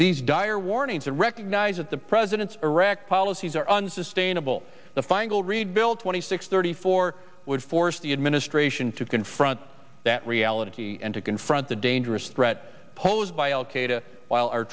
these dire warnings and recognize that the president's iraq policies are unsustainable the final read bill twenty six thirty four would force the administration to confront that reality and to confront the dangerous threat posed